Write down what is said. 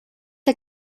der